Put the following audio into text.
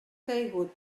caigut